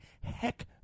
Heck